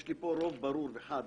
יש לי פה רוב ברור וחד.